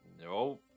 No